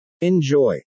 Enjoy